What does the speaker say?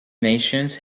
nations